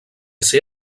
ser